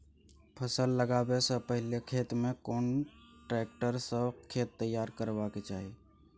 फसल लगाबै स पहिले खेत में कोन ट्रैक्टर स खेत तैयार करबा के चाही?